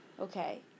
okay